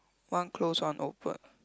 one close one open